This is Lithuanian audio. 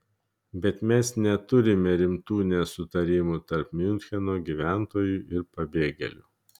bet mes neturime rimtų nesutarimų tarp miuncheno gyventojų ir pabėgėlių